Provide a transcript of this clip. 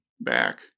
back